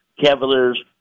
Cavaliers